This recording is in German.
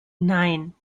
nein